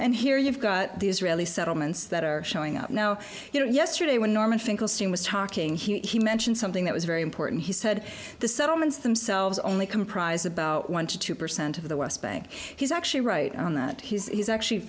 and here you've got the israeli settlements that are showing up now you know yesterday when norman finkelstein was talking he mentioned something that was very important he said the settlements themselves only comprise about one to two percent of the west bank he's actually right on that he's actually